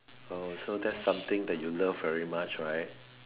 oh so that's something that you love very much right